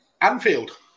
Anfield